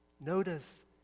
Notice